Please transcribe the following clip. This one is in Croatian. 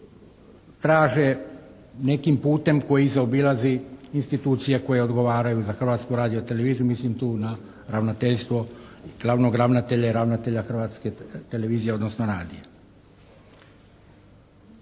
traže nekim putem koji zaobilazi institucije koje odgovaraju za Hrvatsku radioteleviziju, mislim tu na ravnateljstvo, glavnog ravnatelja i ravnatelja Hrvatske televizije, odnosno radija.